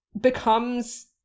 becomes